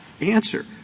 answer